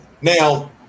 Now